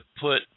put